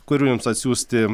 kur jums atsiųsti